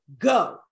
go